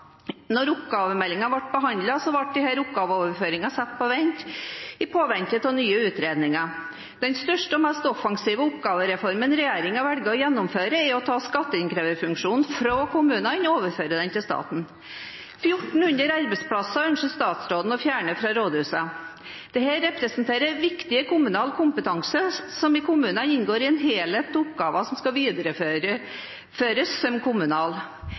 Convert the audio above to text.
ble behandlet, ble disse oppgaveoverføringene satt på vent i påvente av nye utredninger. Den største og mest offensive oppgavereformen regjeringen velger å gjennomføre, er å ta skatteinnkreverfunksjonen fra kommunene og overføre den til staten. 1 400 arbeidsplasser ønsker statsråden å fjerne fra rådhusene. Dette representerer viktig kommunal kompetanse, som i kommunene inngår i en helhet av oppgaver som skal videreføres som